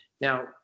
Now